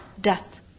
death